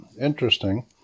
interesting